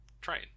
train